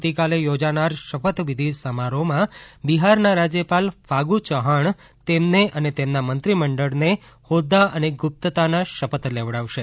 આવતીકાલે યોજાનાર શપથવિધી સમારોહમાં બિહારના રાજ્યપાલ ફાગુ ચૌહાણ તેમને અને તેમના મંત્રીમંડળને હ્રોદ્દા અને ગુપ્તતાના શપથ લેવડાવશે